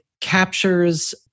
captures